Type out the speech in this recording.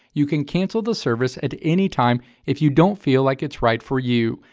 you can cancel the service at any time if you don't feel like it's right for you.